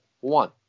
One